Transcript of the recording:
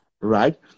right